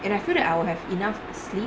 and I feel that I will have enough sleep